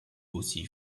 aussi